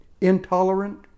intolerant